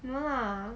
no lah